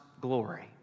glory